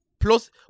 Plus